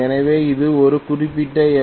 எனவே இது ஒரு குறிப்பிட்ட எம்